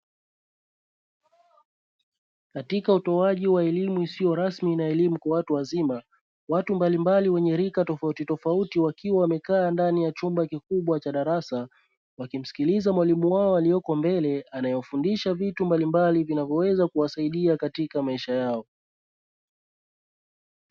Katika utoaji wa elimu isiyo rasmi na elimu kwa watu wazima watu mbali mbali wenye rika tofauti tofauti wakiwa wamekaa ndani ya chumba kikubwa cha darasa, wakimsikiliza mwalimu wao alioko mbele anaewafundisha vitu mbali mbali vinavyoweza kuwasaidia katika maisha yao.